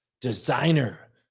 Designer